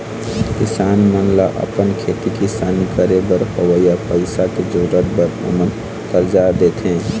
किसान मन ल अपन खेती किसानी करे बर होवइया पइसा के जरुरत बर ओमन करजा देथे